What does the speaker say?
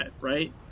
right